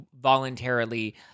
voluntarily